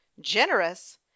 generous